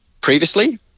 previously